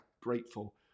grateful